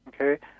Okay